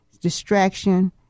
distraction